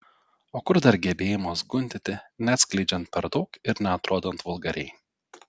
o kur dar gebėjimas gundyti neatskleidžiant per daug ir neatrodant vulgariai